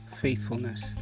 faithfulness